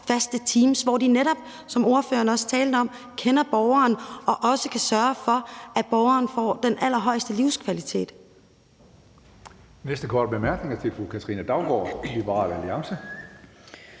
faste teams, hvor de netop, som ordføreren også talte om, kender borgeren og også kan sørge for, at borgeren får den allerhøjeste livskvalitet.